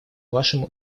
вашим